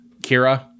Kira